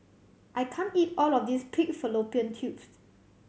I can't eat all of this pig fallopian tubes